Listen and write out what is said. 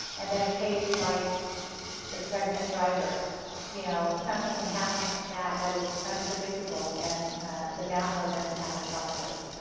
and then a case like the pregnant driver you know. something can happen like that that is unpredictable and the download doesn't happen properly.